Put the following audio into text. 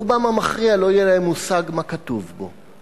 ברובם המכריע, לא יהיה להם מושג מה כתוב בו.